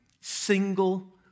single